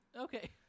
Okay